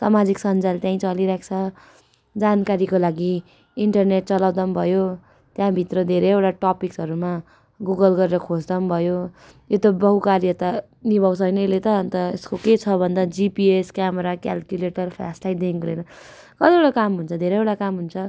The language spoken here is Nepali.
सामाजिक सञ्जाल त्यहीँ चलिरहेको छ जानकारीको लागि इन्टरनेट चलाउँदा पनि भयो त्यहाँभित्र धेरैवटा टपिक्सहरूमा गुगल गरेर खोज्दा पनि भयो यो त बहुकार्यता निभाउँछ होइन यसले त अन्त यसको के छ भन्दा जिपिएस क्यामेरा क्यालकुलेटर फ्लासलाइटदेखिको लिएर कतिवटा काम हुन्छ धेरैवटा काम हुन्छ